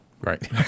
Right